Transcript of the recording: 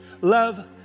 Love